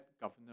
governor